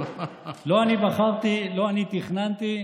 לא אני בחרתי, לא אני תכננתי.